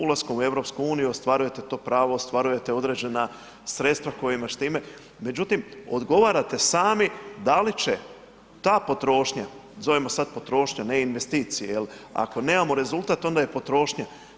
Ulaskom u EU ostvarujete to pravo, ostvarujete određena sredstva koja …, međutim odgovarate sami da li će ta potrošnja, zovemo sada potrošnja, ne investicije jel ako nemamo rezultat onda je potrošnja.